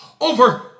over